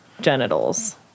genitals